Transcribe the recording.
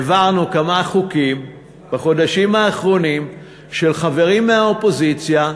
העברנו בחודשים האחרונים כמה חוקים של חברים מהאופוזיציה,